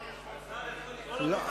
לא,